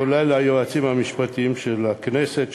כולל היועצים המשפטיים של הכנסת,